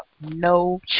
no